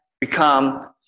become